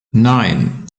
nein